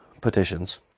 petitions